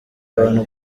abantu